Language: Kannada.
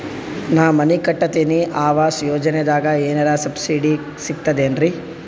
ನಾ ಮನಿ ಕಟಕತಿನಿ ಆವಾಸ್ ಯೋಜನದಾಗ ಏನರ ಸಬ್ಸಿಡಿ ಸಿಗ್ತದೇನ್ರಿ?